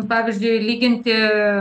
pavyzdžiui lyginti